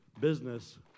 business